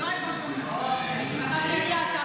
אני שמחה שיצאת.